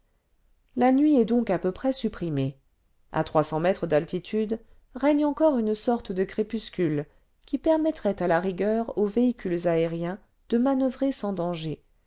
la nuit est donc à peu près supprimée à trois cents mètres d'altitude règne encore une sorte de crépuscule qui permettrait à la rigueur aux le vingtième siècle véhicules aériens de manoeuvrer sans danger